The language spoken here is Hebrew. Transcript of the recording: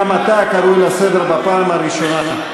גם אתה קרוא לסדר בפעם הראשונה.